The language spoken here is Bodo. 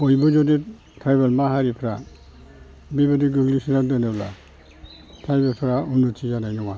बयबो जुदि ट्राइबेल माहारिफ्रा बेबादि गोग्लैसोना दोनोब्ला ट्राइबेलफ्रा उन्नुति जानाय नङा